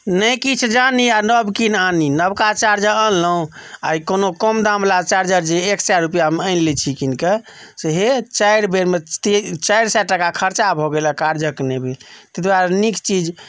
नहि किछु जानी आ नव कीन आनी नवका चार्जर आनलहुॅं आ ई कोनो कम दाम वाला चार्जर जे एक सए रुपैआमे आनि लै छी कीन केँ से हे चारि बेरमे चारि सए टाका खर्चा भऽ गेल आ कार्यक नहि भेल ताहि दुआरे नीक चीज